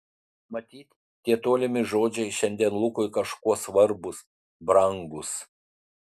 matyt tie tolimi žodžiai šiandien lukui kažkuo svarbūs brangūs